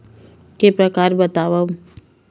के प्रकार बतावव?